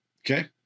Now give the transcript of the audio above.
Okay